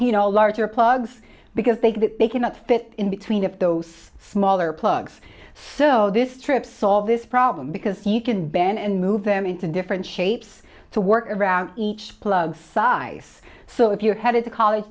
you know larger plugs because they they cannot fit in between if those smaller plugs so this trip solve this problem because you can ban and move them into different shapes to work around each plug size so if you're headed to college